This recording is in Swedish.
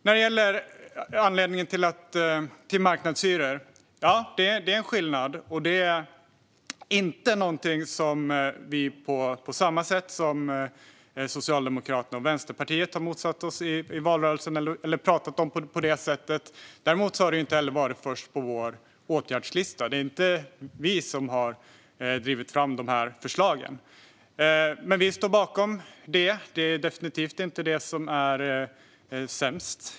När det gäller marknadshyror är det inte någonting som vi har motsatt oss eller pratat om i valrörelsen på samma sätt som Socialdemokraterna och Vänsterpartiet. Men det har heller inte stått först på åtgärdslistan. Det är inte vi som har drivit fram de här förslagen. Men vi står bakom det, och det är definitivt inte det sämsta förslaget.